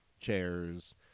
chairs